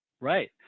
right